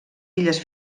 illes